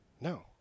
no